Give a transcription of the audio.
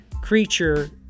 creature